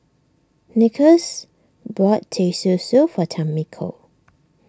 Nicholas bought Teh Susu for Tamiko